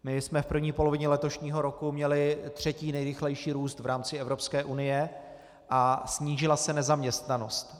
My jsme v první polovině letošního roku měli třetí nejrychlejší růst v rámci Evropské unie a snížila se nezaměstnanost.